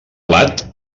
plat